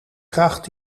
kracht